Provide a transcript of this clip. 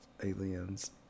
aliens